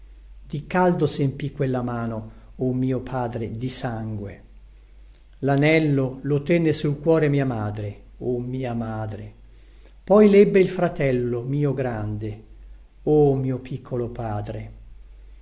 di caldo sempì quella mano o mio padre di sangue lanello lo tenne sul cuore mia madre o mia madre poi lebbe il fratello mio grande o mio piccolo padre